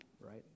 right